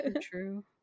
True